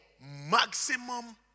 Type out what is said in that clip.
maximum